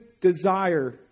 desire